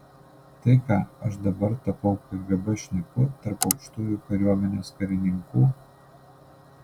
tai ką aš dabar tapau kgb šnipu tarp aukštųjų kariuomenės karininkų